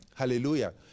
Hallelujah